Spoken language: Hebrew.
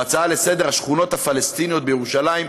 בהצעה לסדר-היום: השכונות הפלסטיניות בירושלים.